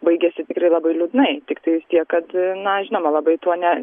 baigiasi tikrai labai liūdnai tiktais tiek kad na žinoma labai tuo ne